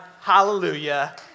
hallelujah